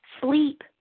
Sleep